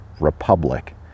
Republic